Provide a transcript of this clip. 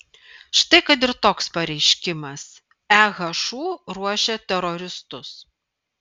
štai kad ir toks pareiškimas ehu ruošia teroristus